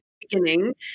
beginning